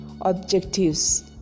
objectives